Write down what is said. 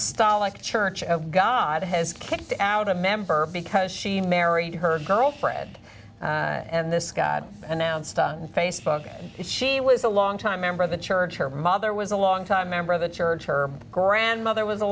style like the church of god has kicked out a member because she married her girlfriend and this guy announced on facebook she was a long time member of the church her mother was a long time member of the church her grandmother was a